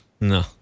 No